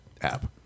app